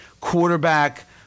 quarterback